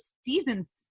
seasons